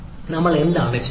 നമ്മൾ എന്താണ് ചെയ്യേണ്ടത്